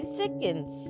seconds